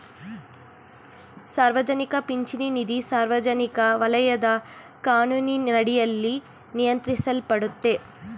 ಸಾರ್ವಜನಿಕ ಪಿಂಚಣಿ ನಿಧಿ ಸಾರ್ವಜನಿಕ ವಲಯದ ಕಾನೂನಿನಡಿಯಲ್ಲಿ ನಿಯಂತ್ರಿಸಲ್ಪಡುತ್ತೆ